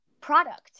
product